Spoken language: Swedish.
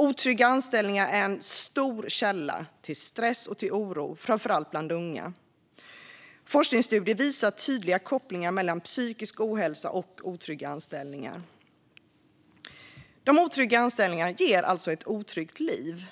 Otrygga anställningar är en stor källa till stress och oro, framför allt bland unga. Forskningsstudier visar tydliga kopplingar mellan psykisk ohälsa och otrygga anställningar. Otrygga anställningar ger alltså ett otryggt liv.